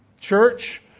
Church